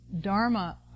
Dharma